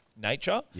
nature